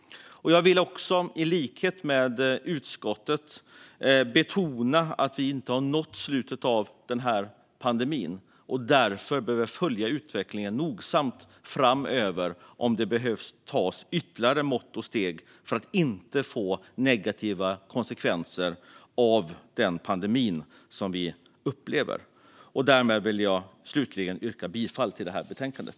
Jag vill i likhet med utskottet betona att vi inte har nått slutet av pandemin. Därför behöver vi följa utvecklingen nogsamt framöver och se om det behöver tas ytterligare mått och steg för att undvika negativa konsekvenser av pandemin. Jag vill därmed yrka bifall till förslaget i betänkandet.